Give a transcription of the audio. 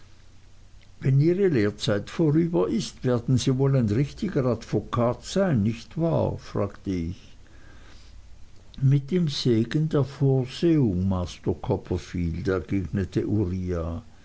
wenn ihre lehrzeit vorüber ist werden sie wohl ein richtiger advokat sein nicht wahr fragte ich mit dem segen der vorsehung master copperfield entgegnete uriah